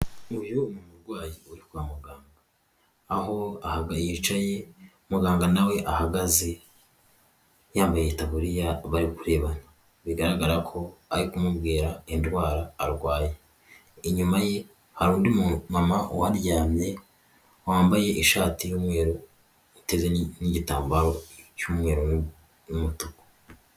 Uyu ni umurwayi uri kwa muganga aho yicaye muganga nawe ahagaze yambaye itaburiya barikurebana, bigaragara ko ari kumubwira indwara arwaye inyuma ye hari undi mumama waryamye wambaye ishati y'umweru uteze n'igitambaro cy'umweru n'umutuku.